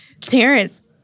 Terrence